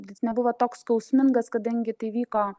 jis nebuvo toks skausmingas kadangi tai vyko